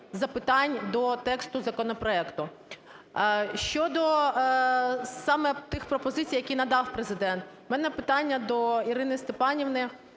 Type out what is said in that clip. запитань до тексту законопроекту. Щодо саме тих пропозицій, які надав Президент. В мене питання до Ірини Степанівни.